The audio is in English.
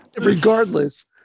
regardless